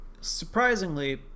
surprisingly